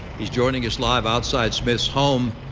he's joining us live outside smith's home.